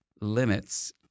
limits